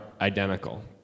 identical